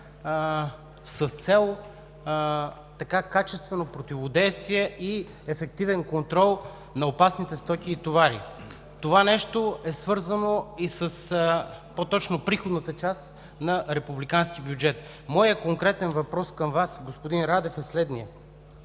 с цел качествено противодействие и ефективен контрол на опасните стоки и товари. Това нещо е свързано и с приходната част на републиканския бюджет. Моят конкретен въпрос към Вас, господин Радев, е следният: